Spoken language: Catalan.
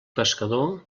pescador